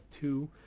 two